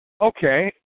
Okay